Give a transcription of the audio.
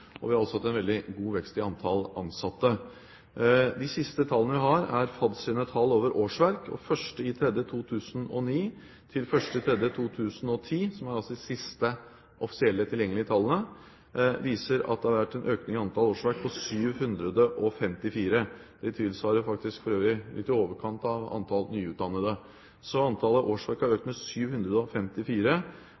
og vi har også hatt en veldig god vekst i antall ansatte. De siste tallene vi har, er FADs tall over antall årsverk. Fra 1. mars 2009 til 1. mars 2010, som altså er de siste offisielle tilgjengelige tallene, viser tallene at det har vært en økning i antall årsverk på 754. Det tilsvarer for øvrig litt i overkant av antall nyutdannede. Så antallet årsverk har økt